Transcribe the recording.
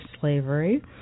slavery